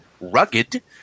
rugged